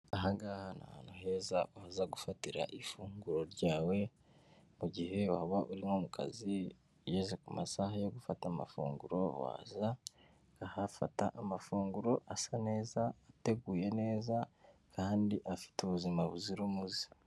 Aha ngaha n'ahantu heza waza gufatira ifunguro ryawe, mu gihe waba uri nko mu kazi ugeze ku masaha yo gufata amafunguro waza ukahafata amafunguro asa neza, ateguye neza, kandi afite ubuzima buzira umuze.